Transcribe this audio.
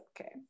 okay